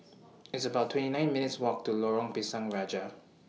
It's about twenty nine minutes' Walk to Lorong Pisang Raja